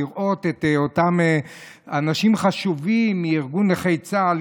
לראות את אותם אנשים חשובים מארגון נכי צה"ל,